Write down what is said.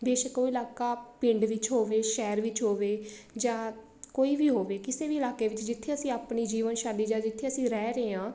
ਬੇਸ਼ੱਕ ਉਹ ਇਲਾਕਾ ਪਿੰਡ ਵਿੱਚ ਹੋਵੇ ਸ਼ਹਿਰ ਵਿੱਚ ਹੋਵੇ ਜਾਂ ਕੋਈ ਵੀ ਹੋਵੇ ਕਿਸੇ ਵੀ ਇਲਾਕੇ ਵਿੱਚ ਜਿੱਥੇ ਅਸੀਂ ਆਪਣੀ ਜੀਵਨਸ਼ੈਲੀ ਜਾਂ ਜਿੱਥੇ ਅਸੀਂ ਰਹਿ ਰਹੇ ਹਾਂ